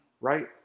right